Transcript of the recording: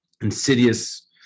insidious